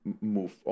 move